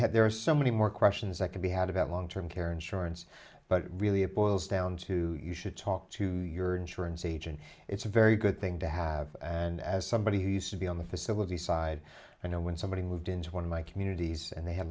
have there are so many more questions that could be had about long term care insurance but really it boils down to you should talk to your insurance agent it's a very good thing to have and as somebody who used to be on the facility side i know when somebody moved into one of my communities and they ha